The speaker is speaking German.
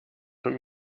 vom